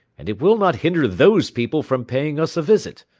and it will not hinder those people from paying us a visit.